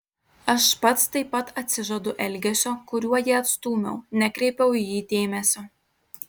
aš pats taip pat atsižadu elgesio kuriuo jį atstūmiau nekreipiau į jį dėmesio